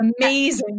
amazing